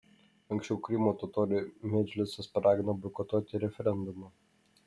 anksčiau krymo totorių medžlisas paragino boikotuoti referendumą